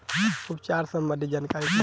उपचार सबंधी जानकारी चाही?